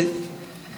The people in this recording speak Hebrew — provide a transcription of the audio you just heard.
מה אתם מציעים?